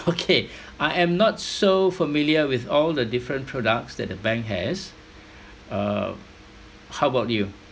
okay I am not so familiar with all the different products that the bank has uh how about you